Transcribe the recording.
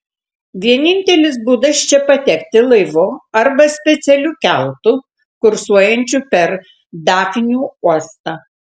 vienintelis būdas čia patekti laivu arba specialiu keltu kursuojančiu per dafnių uostą